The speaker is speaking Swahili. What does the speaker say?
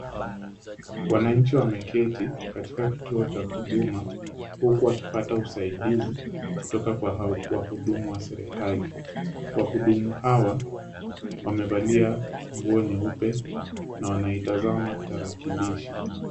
Wananchi wameketi katika kituo cha huduma huku wakipata usaidizi kutoka kwa wahudumu wa serikali. Wahudumu hawa wamevalia nguo nyeupe na wanaitazama tarakilishi.